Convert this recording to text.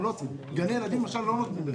בגני ילדים למשל לא נותנים.